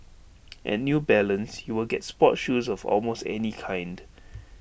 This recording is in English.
at new balance you will get sports shoes of almost any kind